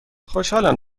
خوشحالم